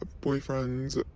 boyfriend's